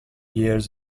years